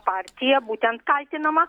partija būtent kaltinama